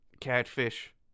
catfish